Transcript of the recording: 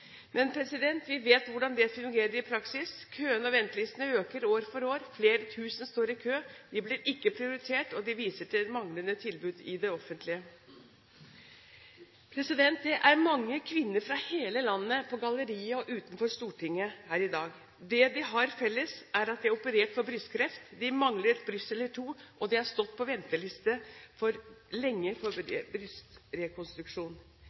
Men vi vet hvordan det fungerer i praksis. Køene og ventelistene øker år for år. Flere tusen stå i kø, de blir ikke prioritert, og de viser til manglende tilbud i det offentlige. Det er mange kvinner fra hele landet på galleriet og utenfor Stortinget i dag. Det de har felles, er at de er operert for brystkreft, de mangler et bryst eller to, og de har stått lenge på venteliste for brystrekonstruksjon. Hvor mye lenger må de vente? Det er ikke for